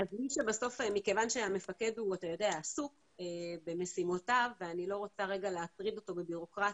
מכיוון שהמפקד עסוק במשימותיו ואני לא רוצה להטריד אותו בביורוקרטיה,